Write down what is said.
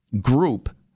group